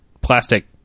plastic